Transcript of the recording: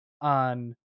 on